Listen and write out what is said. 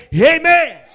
amen